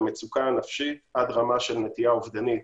המצוקה הנפשית עד רמה של נטייה אובדנית